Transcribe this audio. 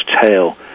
tail